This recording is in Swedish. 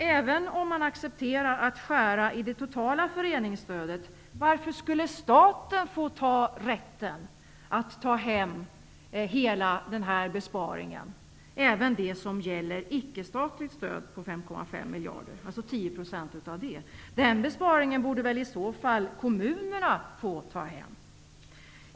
Även om man accepterar att skära i det totala föreningsstödet kan man fråga sig: Varför skall just staten få rätten att ta hem hela denna besparing på 5,5 miljarder, och även 10 % av den del som avser icke-statligt stöd? Den besparingen borde väl i så fall kommunerna få ta hem.